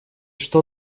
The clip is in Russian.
что